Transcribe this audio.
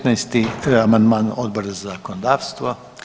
19. amandman Odbora za zakonodavstvo.